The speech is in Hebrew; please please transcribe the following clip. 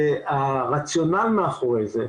מאוחדת ומיוחדת.